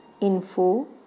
info